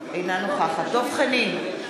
אינה נוכחת דב חנין,